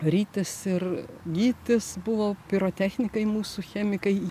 rytis ir gytis buvo pirotechnikai mūsų chemikai